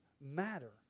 matter